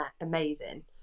amazing